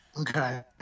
Okay